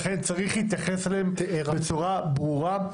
לכן צריך להתייחס אליהם בצורה ברורה.